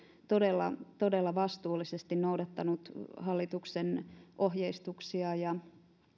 todella todella vastuullisesti noudattanut hallituksen ohjeistuksia ja